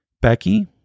Becky